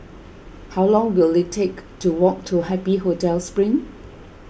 how long will it take to walk to Happy Hotel Spring